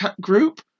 group